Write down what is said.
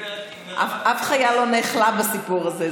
אף חיה לא נאכלה בסיפור הזה.